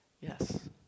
Yes